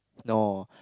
no